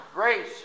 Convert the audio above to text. Grace